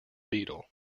beetle